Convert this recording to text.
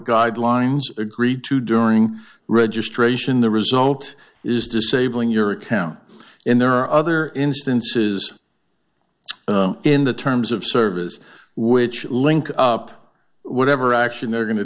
guidelines agreed to during registration the result is disabling your account and there are other instances in the terms of service which link up whatever action they're go